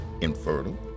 infertile